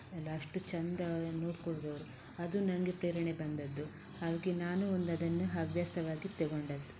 ಎಲ್ಲ ಅಷ್ಟು ಚಂದ ನೋಡ್ಕೊಳ್ಳುವವರು ಅದು ನನಗೆ ಪ್ರೇರಣೆ ಬಂದದ್ದು ಹಾಗೆ ನಾನು ಒಂದು ಅದನ್ನು ಹವ್ಯಾಸವಾಗಿ ತೆಗೊಂಡದ್ದು